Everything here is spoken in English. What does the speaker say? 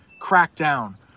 crackdown